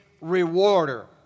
rewarder